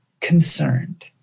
concerned